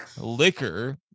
liquor